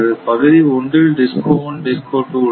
பகுதி 1 இல் DISCO 1 DISCO 2 உள்ளன